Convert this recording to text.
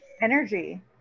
Energy